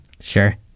Sure